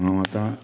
हांव आतां